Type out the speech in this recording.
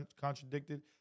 contradicted